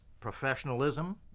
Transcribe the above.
professionalism